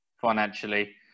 financially